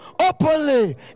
openly